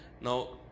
Now